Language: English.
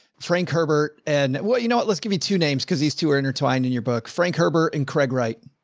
frank herbert, and well, you know what, let's give you two names because these two are intertwined in your book, frank herbert and craig, right?